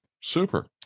Super